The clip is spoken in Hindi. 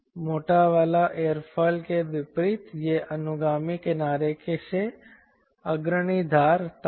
मोटा वाला एयरोफिल के विपरीत यह अनुगामी किनारे से अग्रणी धार तक था